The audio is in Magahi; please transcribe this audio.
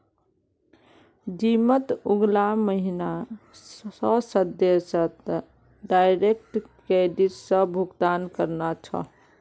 जिमत अगला महीना स सदस्यक डायरेक्ट क्रेडिट स भुक्तान करना छ